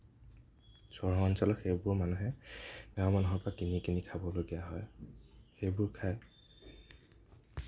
চহৰ অঞ্চলত সেইবোৰ মানুহে এয়া মানুহৰ পৰা কিনি কিনি খাবলগীয়া হয় সেইবোৰ খাই